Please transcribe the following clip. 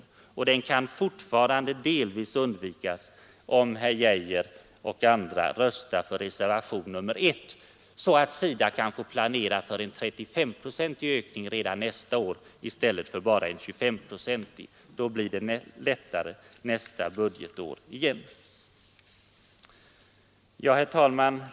Den mycket stora ökningen kan fortfarande delvis undvikas om herr Geijer och andra röstar för reservationen 1, så att SIDA kan få planera för en 35-procentig ökning redan nästa budgetår i stället för en 25-procentig. Då blir det lättare att det följande budgetåret fylla ut det som då fattas. Herr talman!